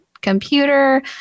computer